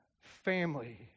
family